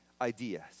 ideas